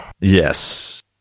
Yes